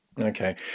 Okay